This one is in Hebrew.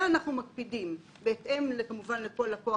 אנחנו מקפידים - כמובן בהתאם לכל לקוח